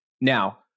Now